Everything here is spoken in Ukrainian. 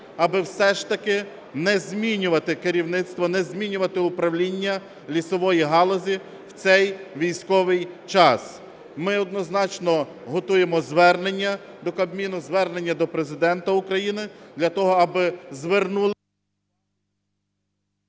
аби все ж таки не змінювати керівництво, не змінювати управління лісової галузі в цей військовий час. Ми однозначно готуємо звернення до Кабміну, звернення до Президента України для того, аби звернули…